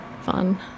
fun